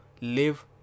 live